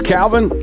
Calvin